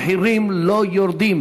המחירים לא יורדים.